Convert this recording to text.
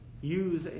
use